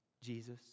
Jesus